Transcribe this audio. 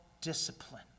discipline